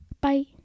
Bye